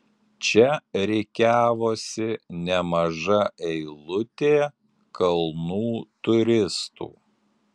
čia rikiavosi nemaža eilutė kalnų turistų